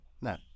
No